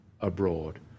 abroad